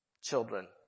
children